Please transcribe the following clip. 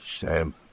Sam